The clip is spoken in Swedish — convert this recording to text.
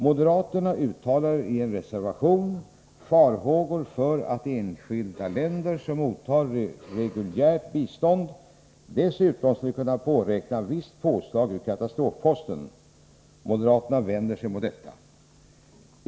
Moderaterna uttalar i en reservation farhågor för att de enskilda länder som mottar reguljärt bistånd dessutom skulle kunna påräkna visst påslag ur katastrofposten. Moderaterna vänder sig mot detta.